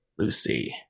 Lucy